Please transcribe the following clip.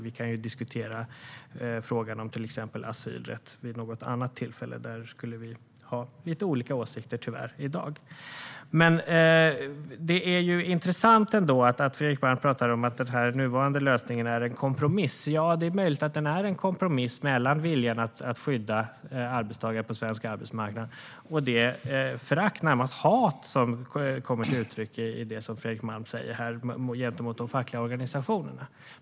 Vi kan diskutera frågan om till exempel asylrätt vid något annat tillfälle. Där har vi tyvärr lite olika åsikter i dag. Men det är ändå intressant att Fredrik Malm pratar om att den nuvarande lösningen är en kompromiss. Ja, det är möjligt att den är en kompromiss mellan viljan att skydda arbetstagare på svensk arbetsmarknad och det förakt, närmast hat, gentemot de fackliga organisationerna som kommer till uttryck i det som Fredrik Malm säger här.